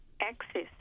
access